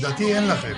לדעתי אין לכם.